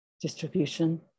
Distribution